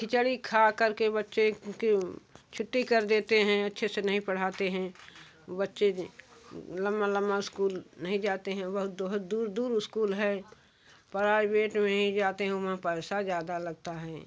खिचड़ी खा करके बच्चें क्यों छुट्टी कर देते हैं अच्छे से नहीं पढ़ाते हैं बच्चे लंबा लंबा स्कूल नहीं जाते हैं वह बहुत दूर दूर स्कूल है प्राइवेट में ही जाते हैं वहां पैसा ज़्यादा लगता है